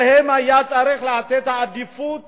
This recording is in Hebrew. להם היה צריך לתת עדיפות